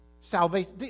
salvation